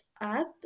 up